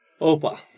Opa